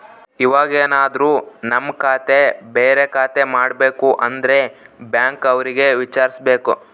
ಇವಾಗೆನದ್ರು ನಮ್ ಖಾತೆ ಬೇರೆ ಖಾತೆ ಮಾಡ್ಬೇಕು ಅಂದ್ರೆ ಬ್ಯಾಂಕ್ ಅವ್ರಿಗೆ ವಿಚಾರ್ಸ್ಬೇಕು